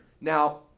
Now